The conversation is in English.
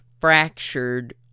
fractured